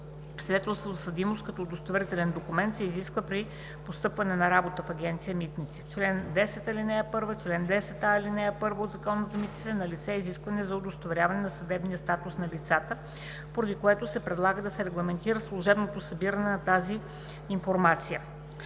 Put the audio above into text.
за съдимост като удостоверителен документ се изисква при постъпване на работа в Агенция „Митници“. В чл. 10, ал. 1 и чл. 10а, ал. 1 от Закона за митниците е налице изискване за удостоверяване на съдебния статус от лицата, поради което се предлага да се регламентира служебното събиране на тази информация